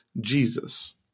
Jesus